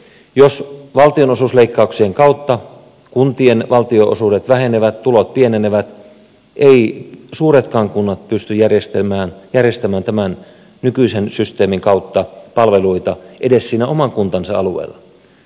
jos valtionosuusleikkauksien kautta kuntien valtionosuudet vähenevät tulot pienenevät eivät suuretkaan kunnat pysty järjestämään tämän nykyisen systeemin kautta palveluita edes siinä oman kuntansa alueella